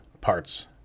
parts